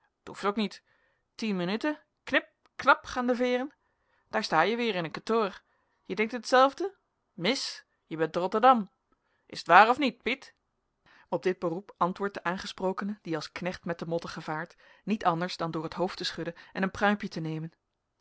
hoeft ook niet tien menuten knip knap gaan de veeren daar sta je weer in een ketoor je denkt in t zelfde mis je bent te rotterdam is t waar of niet piet op dit beroep antwoordt de aangesprokene die als knecht met den mottige vaart niet anders dan door het hoofd te schudden en een pruimpje te nemen